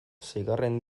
seigarren